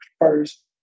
first